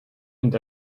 and